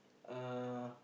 uh